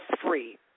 free